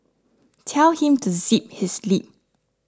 tell him to zip his lip